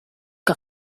que